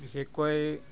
বিশেষকৈ